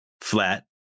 flat